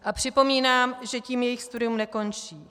A připomínám, že tím jejich studium nekončí.